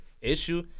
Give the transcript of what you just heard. issue